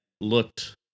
looked